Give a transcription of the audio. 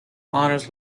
honours